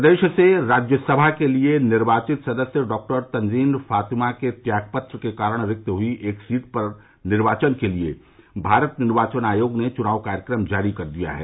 प्रदेश से राज्यसभा के लिए निर्वाचित सदस्य डॉक्टर तनजीन फातिमा के त्याग पत्र के कारण रिक्त हुई एक सीट पर निर्वाचन के लिए भारत निर्वाचन आयोग चुनाव कार्यक्रम जारी कर दिया है